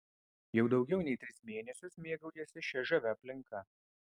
jau daugiau nei tris mėnesius mėgaujuosi šia žavia aplinka